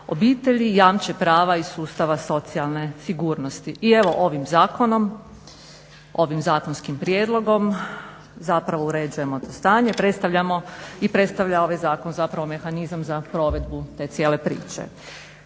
obitelji jamče prava iz sustava socijalne sigurnosti. I evo ovim zakonom, ovim zakonskim prijedlogom zapravo uređujemo stanje i predstavlja ovaj zakon zapravo mehanizam za provedbu te cijele priče.